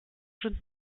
sind